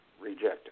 Rejected